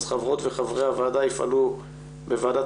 אז חברות וחברי הוועדה יפעלו בוועדת